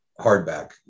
hardback